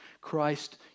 Christ